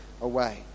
away